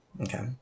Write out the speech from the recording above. Okay